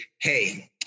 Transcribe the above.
hey